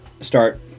start